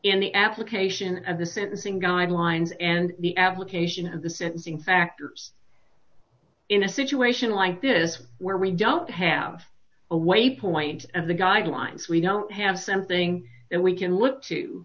in the application of the sentencing guidelines and the application of the sentencing factors in a situation like this where we don't have a way point of the guidelines we don't have something that we can look to